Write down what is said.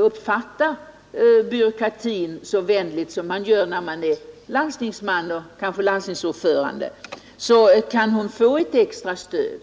uppfattar inte byråkratin så vänligt som en landstingsman eller kanske landstingsordförande, behöver han inte få ett extra stöd?